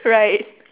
right